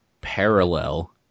parallel